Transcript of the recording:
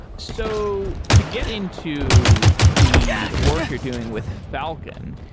so to get into the work you're doing with falcon,